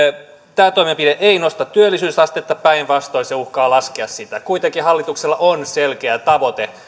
tämä toimenpide ei nosta työllisyysastetta päinvastoin se uhkaa laskea sitä kuitenkin hallituksella on selkeä tavoite